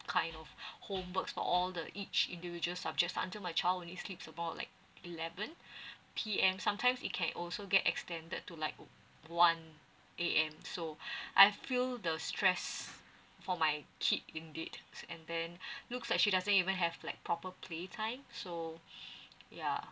kind of homework for all the each individual subject until my child only sleep about like eleven P_M sometimes it can also get extended to like one A_M so I feel the stress for my kid indeed and then looks like she doesn't even have like proper play time so yeah